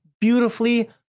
beautifully